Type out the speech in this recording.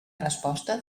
resposta